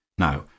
Now